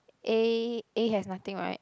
A A has nothing right